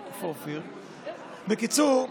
בקיצור,